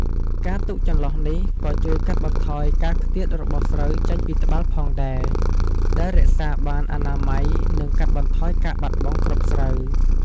ការទុកចន្លោះនេះក៏ជួយកាត់បន្ថយការខ្ទាតរបស់ស្រូវចេញពីត្បាល់ផងដែរ ដែលរក្សាបានអនាម័យ និងកាត់បន្ថយការបាត់បង់គ្រាប់ស្រូវ។